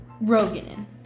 Rogan